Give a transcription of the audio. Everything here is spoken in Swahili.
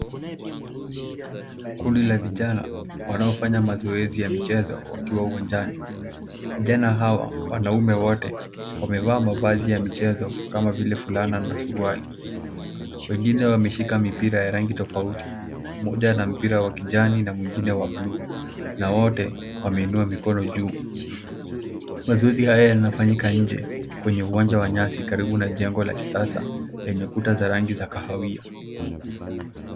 Kundi la vijana wanaofanya mazoezi ya michezo wakiwa uwanjani. Vijana hawa wanaume wote wamevaa mavazi ya michezo kama vile fulana na suruali. Wengine wameshika mipira ya rangi tofauti mmoja ana mpira wa kijani na mwingine wa buluu na wote wameinua mikono juu. Mazoezi haya yanafanyika nje kwenye uwanja wa nyasi karibu na jengo la kisasa lenye kuta za rangi za kahawia.